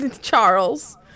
Charles